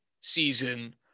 season